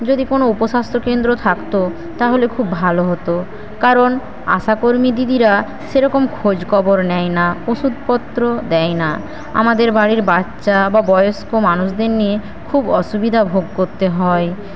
যদি কোনো উপ স্বাস্থ্যকেন্দ্র থাকত তাহলে খুব ভালো হতো কারণ আশাকর্মী দিদিরা সেরকম খোঁজ খবর নেয় না ওষুধপত্র দেয় না আমাদের বাড়ির বাচ্চা বা বয়স্ক মানুষদের নিয়ে খুব অসুবিধা ভোগ করতে হয়